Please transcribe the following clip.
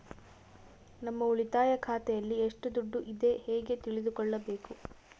ನಮ್ಮ ಉಳಿತಾಯ ಖಾತೆಯಲ್ಲಿ ಎಷ್ಟು ದುಡ್ಡು ಇದೆ ಹೇಗೆ ತಿಳಿದುಕೊಳ್ಳಬೇಕು?